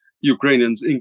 Ukrainians